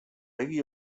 begi